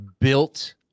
built